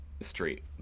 street